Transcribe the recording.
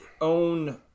own